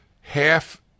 half